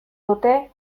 dute